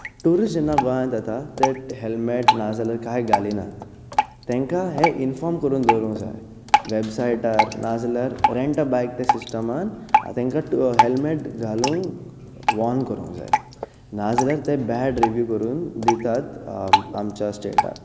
tourist जेन्ना गोंयांत येतात ते हेल्मेट नाजाल्यार काय घालिनात तांकांं हें इनफॉर्म करून दवरूंक जाय वॅबसायटार ना जाल्यार रेंट अ बायक त्या सिस्टमांत तांकां हेल्मेट घालूंक वॉर्न करूंक जाय ना जाल्यार ते बॅड रिवीव करून दितात आमच्या स्टेटाक